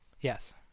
Yes